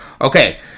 Okay